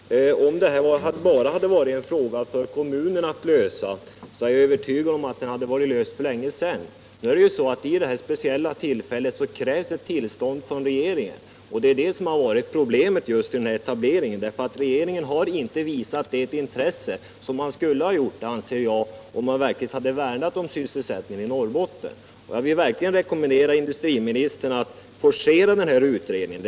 Herr talman! Om detta bara hade varit en fråga för kommunen att lösa, är jag övertygad om att den hade varit löst för länge sedan. Men nu krävs i det här speciella fallet ett tillstånd från regeringen, och det är just detta som har varit problemet med denna etablering. Jag anser inte att regeringen har visat det intresse som man borde ha gjort, om man verkligen värnar om sysselsättningen i Norrbotten. Jag vill verkligen rekommendera industriministern att forcera den här undersökningen.